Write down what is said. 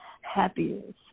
happiness